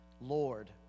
Lord